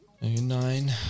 Nine